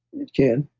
it can,